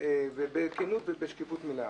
ובכנות ובשקיפות מלאה.